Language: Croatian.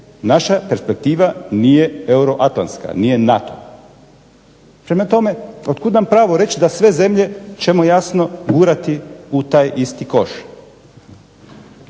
naša perspektiva nije euroatlantska, nije NATO. Prema tome otkud nam pravo reći da sve zemlje ćemo jasno gurati u taj isti koš.